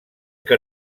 que